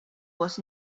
was